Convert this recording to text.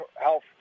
health